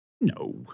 No